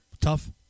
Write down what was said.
Tough